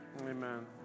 Amen